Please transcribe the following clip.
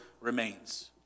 remains